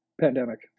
pandemic